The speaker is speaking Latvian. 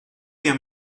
pie